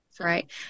right